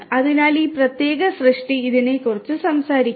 അതിനാൽ ഈ പ്രത്യേക സൃഷ്ടി ഇതിനെക്കുറിച്ച് സംസാരിക്കുന്നു